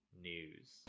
news